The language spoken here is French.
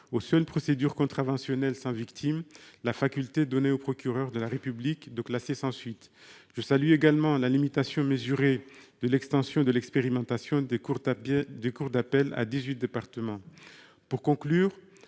aux seules procédures contraventionnelles sans victime la faculté donnée aux procureurs de la République de classer sans suite. Je salue également la limitation mesurée de l'extension de l'expérimentation des cours criminelles à dix-huit départements. Mes chers